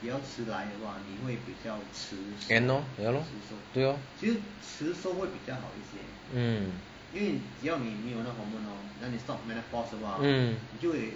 end lor ya lor 对 lor mm mm